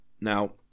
Now